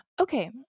Okay